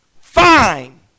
fine